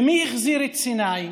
ומי החזיר את סיני?